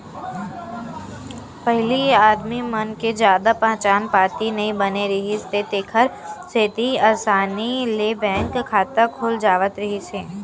पहिली आदमी मन के जादा पहचान पाती नइ बने रिहिस हे तेखर सेती असानी ले बैंक खाता खुल जावत रिहिस हे